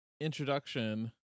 introduction